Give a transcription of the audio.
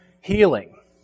healing